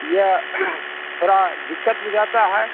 भैया थोड़ा दिक्कत हाे जाता है